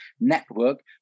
network